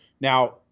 Now